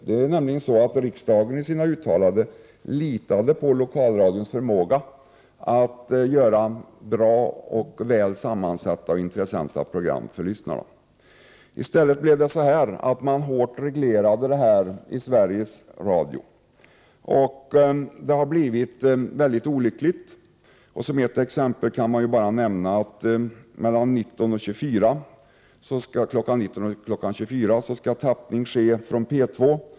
I sina uttalanden litade nämligen riksdagen på lokalradions förmåga att göra bra, väl sammansatta och för lyssnarna intressanta program. I stället blev det så, att man hårt reglerade denna verksamhet i Sveriges Radio. Resultatet har blivit väldigt olyckligt. Jag kan här nämna ett exempel. Mellan kl. 19 och kl. 24 skall tappning ske från P 2.